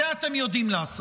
את זה אתם יודעים לעשות.